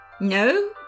No